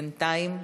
בינתיים.